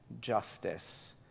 justice